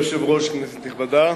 כבוד היושב-ראש, כנסת נכבדה,